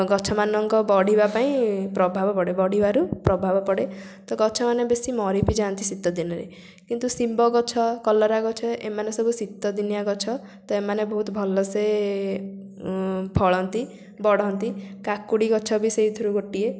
ଗଛମାନଙ୍କ ବଢ଼ିବା ପାଇଁ ପ୍ରଭାବ ପଡ଼େ ବଢ଼ିବାରେ ପ୍ରଭାବ ପଡ଼େ ତ ଗଛମାନେ ବେଶୀ ମରି ବି ଯାଆନ୍ତି ଶୀତ ଦିନରେ କିନ୍ତୁ ଶିମ୍ବ ଗଛ କଲରା ଗଛ ଏମାନେ ସବୁ ଶୀତ ଦିନିଆ ଗଛ ତ ଏମାନେ ବହୁତ ଭଲସେ ଫଳନ୍ତି ବଢ଼ନ୍ତି କାକୁଡ଼ି ଗଛ ବି ସେଇଥିରୁ ଗୋଟିଏ